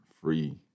free